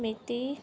ਮਿਤੀ